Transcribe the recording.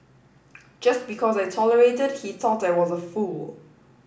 just because I tolerated he thought I was a fool